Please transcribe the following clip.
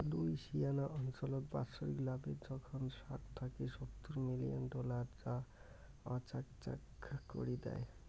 Louisiana অঞ্চলত বাৎসরিক লাভের জোখন ষাট থাকি সত্তুর মিলিয়ন ডলার যা আচাকচাক করি দ্যায়